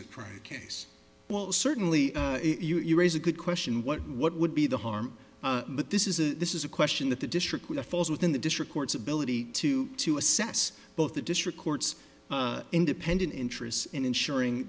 to try a case well certainly you raise a good question what what would be the harm but this is a this is a question that the district with a falls within the district courts ability to to assess both the district courts independent interests and ensuring